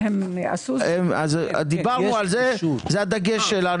זה הדגש שלנו.